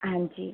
ਹਾਂਜੀ